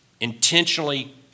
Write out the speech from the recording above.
intentionally